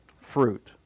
fruit